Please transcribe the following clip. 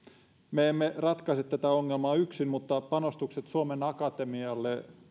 me emme ratkaise tätä ongelmaa yksin mutta panostukset suomen akatemialle